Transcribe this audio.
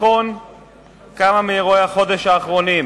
לבחון כמה מאירועי החודש האחרונים,